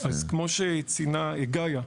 אז כמו שציינה גאיה,